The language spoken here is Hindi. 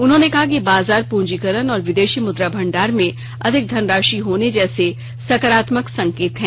उन्होंने कहा कि बाजार पूंजीकरण और विदेशी मुद्रा भंडार में अधिक धनराशि होने जैसे साकारात्मक संकेत है